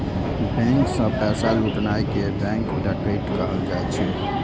bank सं पैसा लुटनाय कें बैंक डकैती कहल जाइ छै